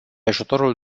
ajutorul